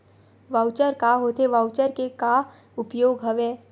Voucher का होथे voucher के का उपयोग हवय?